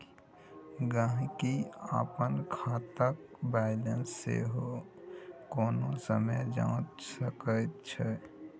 गहिंकी अपन खातक बैलेंस सेहो कोनो समय जांचि सकैत छै